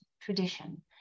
tradition